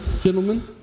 gentlemen